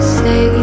say